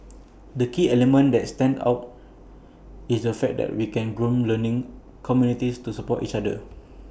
the key element that stands out is the fact that we can groom learning communities to support each other